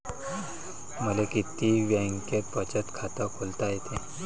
मले किती बँकेत बचत खात खोलता येते?